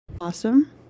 Awesome